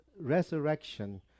resurrection